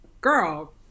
girl